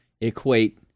equate